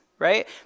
right